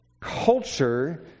culture